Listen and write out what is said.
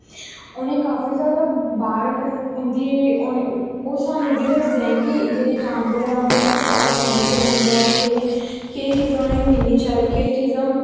उ'नें काफी जादा बार उंदी ओह् साह्नू बी दसदे ऐं कि जेह्ड़े जानवर ऐं उंदे बास्ते क्या ठीक रैंह्दा ऐ केह्ड़े चीज़ां उ'नेंगी मिलनियां चाही दियां केड़ियां चीज़ां